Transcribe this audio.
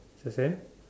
is the same